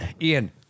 Ian